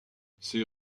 ces